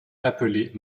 appelée